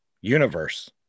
universe